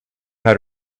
how